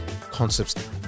concepts